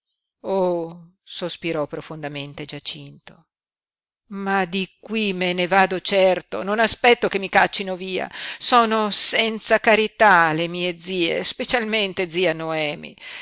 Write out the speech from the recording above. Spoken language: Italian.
oh sospirò profondamente giacinto ma di qui me ne vado certo non aspetto che mi caccino via sono senza carità le mie zie specialmente zia noemi